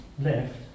left